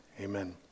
Amen